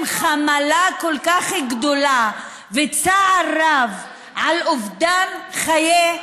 חמלה כל כך גדולה וצער רב על אובדן חיי,